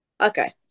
Okay